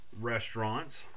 restaurants